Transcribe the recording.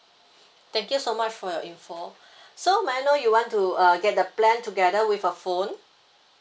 thank you so much for your info so may I know you want to uh get the plan together with a phone